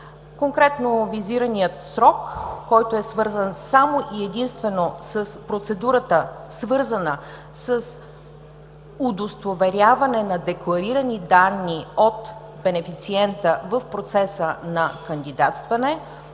Конкретно визираният срок, който е свързан само и единствено с процедурата, свързана с удостоверяване на декларирани данни от бенефициента в процеса на кандидатстване,